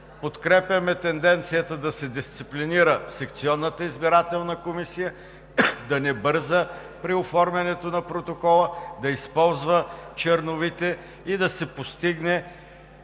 подкрепяме тенденцията да се дисциплинира секционната избирателна комисия – да не бърза при оформянето на протокола, да използва черновите и да се постигне